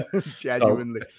Genuinely